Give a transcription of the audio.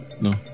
No